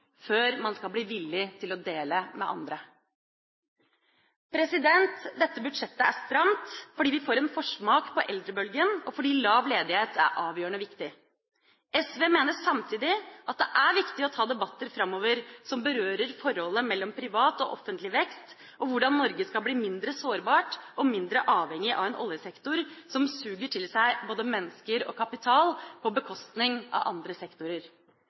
før man skal bli villig til å dele med andre. Dette budsjettet er stramt, fordi vi får en forsmak på eldrebølgen, og fordi lav ledighet er avgjørende viktig. SV mener samtidig at det er viktig å ta debatter framover som berører forholdet mellom privat og offentlig vekst, og hvordan Norge skal bli mindre sårbart og mindre avhengig av en oljesektor som suger til seg både mennesker og kapital på bekostning av andre sektorer.